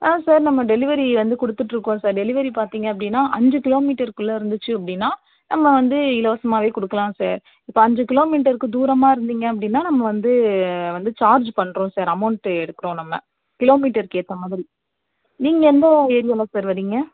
ஆ sir நம்ம delivery வந்து கொடுத்துட்ருக்கோம் சார் டெலிவெரி பார்த்திங்க அப்படினா அஞ்சு கிலோமீட்டருக்குள்ள இருந்துச்சு அப்படினா நம்ம வந்து இலவசமாகவே கொடுக்குலாம் சார் இப்போ அஞ்சு கிலோமீட்டருக்கு தூரமாக இருந்தீங்க அப்படினா நம்ம வந்து வந்து சார்ஜ் பண்ணுறோம் சார் அமௌண்ட்டு எடுக்கிறோம் நம்ம கிலோமீட்டருக்கு ஏற்ற மாதிரி நீங்கள் எந்த ஏரியாவில் சார் வரிங்க